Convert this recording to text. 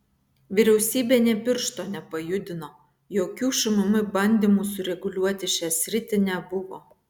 vyriausybė nė piršto nepajudino jokių šmm bandymų sureguliuoti šią sritį nebuvo